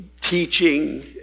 teaching